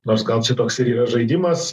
nors gal čia toks ir yra žaidimas